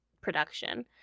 production